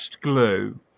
glue